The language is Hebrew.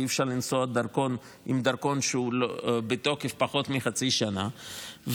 כי אי-אפשר לנסוע עם דרכון שהוא בתוקף לפחות מחצי שנה,